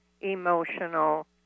emotional